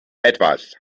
etwas